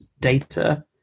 data